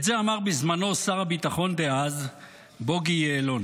את זה אמר בזמנו שר הביטחון דאז בוגי יעלון.